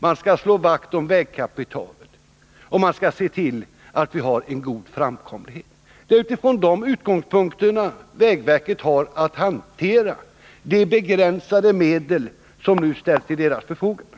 Man skall slå vakt om vägkapitalet, och man skall se till att vi har en god framkomlighet. Det är utifrån de utgångspunkterna som vägverket har att hantera de begränsade medel som nu ställs till dess förfogande.